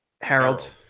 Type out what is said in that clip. Harold